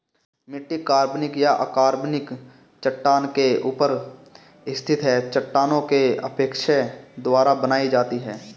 मिट्टी कार्बनिक या अकार्बनिक चट्टान के ऊपर स्थित है चट्टानों के अपक्षय द्वारा बनाई जाती है